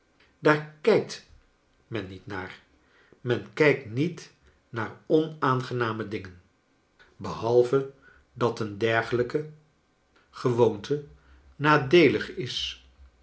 daar kijkt men niet naar men kijkt niet naar onaangename dingen behalve dat een dergelijke gecharles dickens woonte nadeelig is